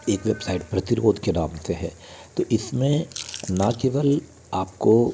एक वेबसाइट प्रतिरोध के नाम से है तो इसमें ना केवल आपको